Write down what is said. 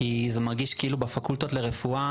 כי זה מרגיש כאילו בפקולטות לרפואה